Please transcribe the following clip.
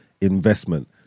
investment